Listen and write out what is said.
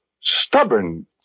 stubborn